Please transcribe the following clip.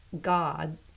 God